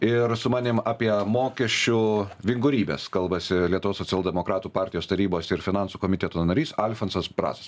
ir su manim apie mokesčių vingurybes kalbasi lietuvos socialdemokratų partijos tarybos ir finansų komiteto narys alfonsas brazas